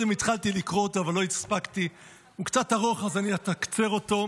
אתקצר אותו.